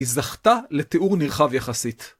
היא זכתה לתיאור נרחב יחסית.